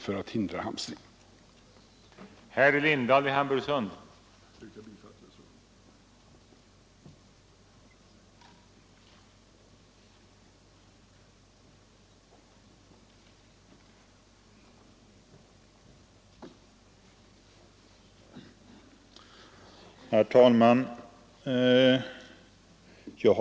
Jag yrkar bifall till reservationen H.